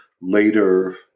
later